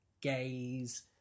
gaze